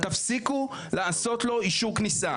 תפסיקו לעשות לו אישור כניסה.